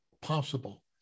possible